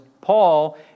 Paul